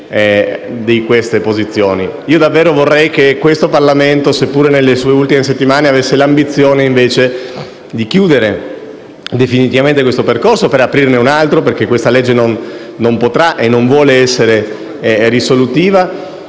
Davvero vorrei che questo Parlamento, sia pure nelle sue ultime settimane, avesse invece l'ambizione di chiudere definitivamente questo percorso per aprirne un altro, perché questo testo non potrà essere risolutivo